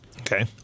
Okay